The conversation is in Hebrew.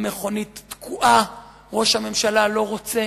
המכונית תקועה, ראש הממשלה לא רוצה